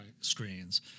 screens